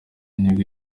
nibwo